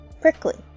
prickly